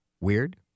weird